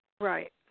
Right